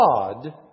God